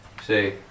See